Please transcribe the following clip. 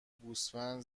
گوسفند